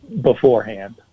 beforehand